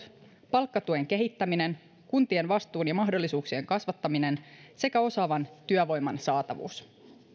palkkatuen kehittäminen kuntien vastuun ja mahdollisuuksien kasvattaminen sekä osaavan työvoiman saatavuus